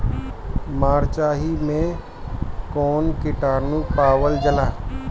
मारचाई मे कौन किटानु पावल जाला?